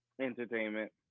Entertainment